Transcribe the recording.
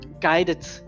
guided